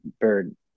bird